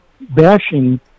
bashing